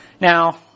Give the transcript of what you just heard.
Now